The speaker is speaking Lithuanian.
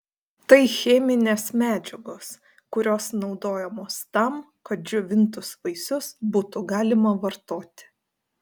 tai cheminės medžiagos kurios naudojamos tam kad džiovintus vaisius būtų galima vartoti